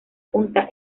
punta